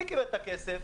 מי קיבל את הכסף?